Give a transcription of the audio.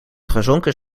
gezonken